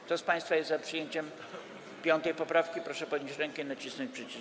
Kto z państwa jest za przyjęciem 5. poprawki, proszę podnieść rękę i nacisnąć przycisk.